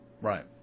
Right